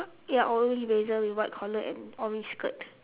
ya orange blazer with white collar and orange skirt